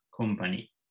company